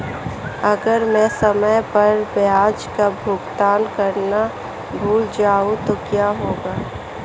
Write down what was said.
अगर मैं समय पर ब्याज का भुगतान करना भूल जाऊं तो क्या होगा?